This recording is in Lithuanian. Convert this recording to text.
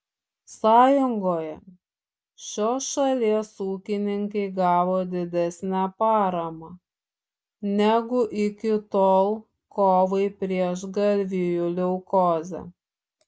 sąjungoje šios šalies ūkininkai gavo didesnę paramą negu iki tol kovai prieš galvijų leukozę